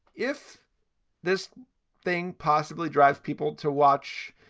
if this thing possibly drives people to watch,